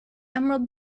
emerald